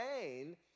pain